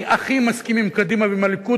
אני הכי מסכים עם קדימה ועם הליכוד,